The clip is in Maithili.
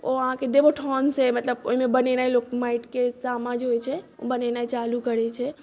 ओ अहाँके देवोत्थानसँ मतलब ओहिमे बनेनाइ लोक माटिके सामा जे होइत छै ओ बनेनाइ चालू करैत छै